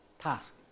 task